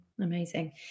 Amazing